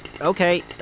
okay